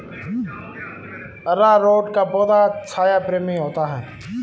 अरारोट का पौधा छाया प्रेमी होता है